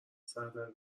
سردرگم